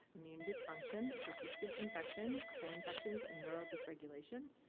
immune dysfunction, persistent infection, co-infections, and neural dysregulation?